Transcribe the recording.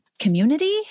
community